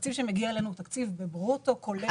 התקציב שמגיע אלינו הוא בברוטו כולל מע"מ.